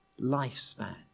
lifespan